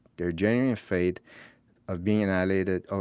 they're genuinely afraid of being annihilated, ah